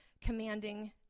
commanding